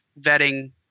vetting